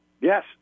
yes